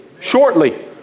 Shortly